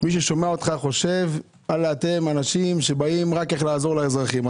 אותך חושב שאתם אנשים שבאים רק לעזור לאזרחים.